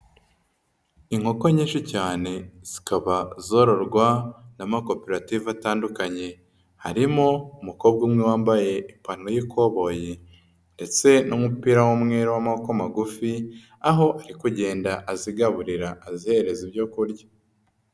Inkoko nyinshi cyane zikaba zororwa n'amakoperative atandukanye, harimo umukobwa umwe wambaye ipantaro y'ikoboyi ndetse n'umupira w'umweru w'amako magufi, aho ari kugenda azigaburira azihereza ibyo kurya.